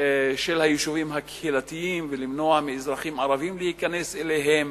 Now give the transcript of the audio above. של היישובים הקהילתיים ומניעה מאזרחים ערבים להיכנס אליהם,